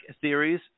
theories